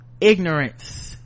ignorance